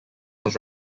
was